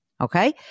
Okay